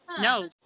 No